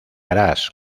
harás